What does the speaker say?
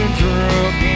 drunk